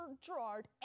Gerard